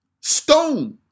stone